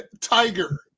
tiger